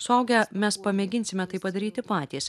suaugę mes pamėginsime tai padaryti patys